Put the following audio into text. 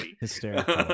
Hysterical